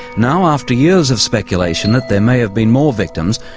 now after years of speculation that there may have been more victims,